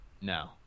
No